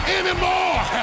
anymore